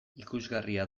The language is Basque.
ikusgarria